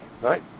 Right